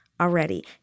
already